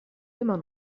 immer